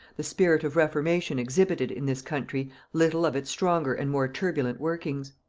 the spirit of reformation exhibited in this country little of its stronger and more turbulent workings.